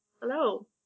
Hello